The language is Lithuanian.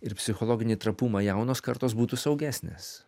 ir psichologinį trapumą jaunos kartos būtų saugesnės